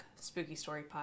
spookystorypodcast